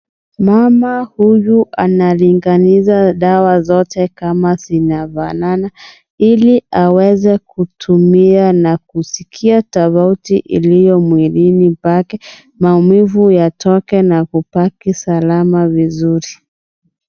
Mama huyu analinganisha dawa zote kama zinafanana ili aweze kutumia na kusikia tofauti iliyo mwilini pake, maumivu yatoke na kubaki salama vizuri.